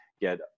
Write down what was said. get